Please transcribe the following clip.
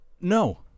No